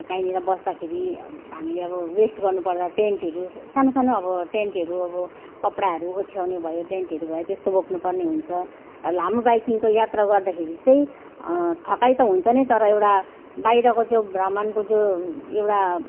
कहीँनिर बस्दाखेरि हामीले अब रेस्ट गर्नुपर्दा टेन्टहरू सानो सानो अब टेन्टहरू अब कपडाहरू ओछ्याउने भयो टेन्टहरू भयो त्यस्तो बोक्नुपर्ने हुन्छ लामो बाइकिङको यात्रा गर्दाखेरि चाहिँ थकाई त हुन्छ नै तर एउटा बाहिरको जो भ्रमणको जो एउटा